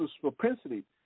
propensity